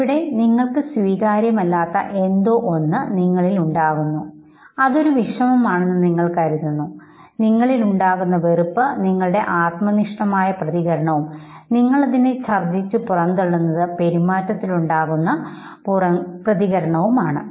ഇവിടെ നിങ്ങൾക്ക് സ്വീകാര്യമല്ലാത്ത എന്തോ ഒന്ന് നിങ്ങളിലുണ്ട് അതൊരു വിഷമാണെന്ന് നിങ്ങൾക്ക് കരുതുന്നു നിങ്ങളിൽ ഉണ്ടാകുന്ന വെറുപ്പ് നിങ്ങളുടെ ആത്മനിഷ്ഠമായ പ്രതികരണവും നിങ്ങൾ അതിനെ ഛർദ്ദിച്ചു പുറംതള്ളുന്നത് പെരുമാറ്റത്തിൽ ഉണ്ടാവുന്ന പ്രതികരണവുമാണ്